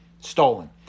stolen